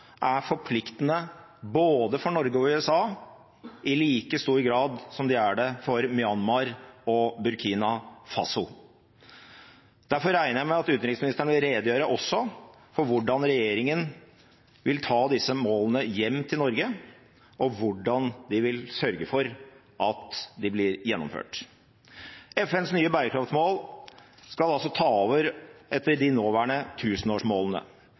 er forpliktende både for Norge og for USA – i like stor grad som de er det for Myanmar og Burkina Faso. Derfor regner jeg med at utenriksministeren vil redegjøre også for hvordan regjeringen vil ta disse målene hjem til Norge, og hvordan den vil sørge for at de blir innfridd. FNs nye bærekraftmål skal altså ta over for de nåværende tusenårsmålene.